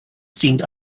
seemed